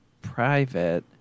private